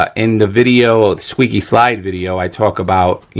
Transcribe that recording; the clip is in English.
ah in the video, squeaky slide video, i talk about, you